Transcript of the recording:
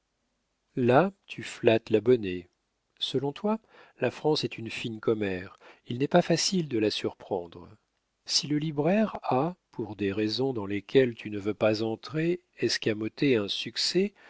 là tu flattes l'abonné selon toi la france est une fine commère il n'est pas facile de la surprendre si le libraire a par des raisons dans lesquelles tu ne veux pas entrer escamoté un succès